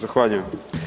Zahvaljujem.